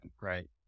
Right